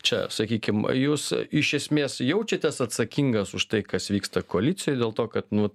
čia sakykim jūs iš esmės jaučiatės atsakingas už tai kas vyksta koalicijoj dėl to kad nu